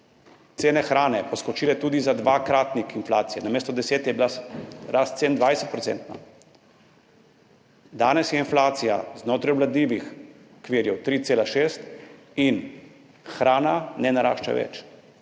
cene hrane poskočile tudi za dvakratnik inflacije, namesto 10- je bila rast cen 20-procentna. Danes je inflacija znotraj obvladljivih okvirov 3,6, in hrana ne narašča več,